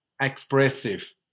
expressive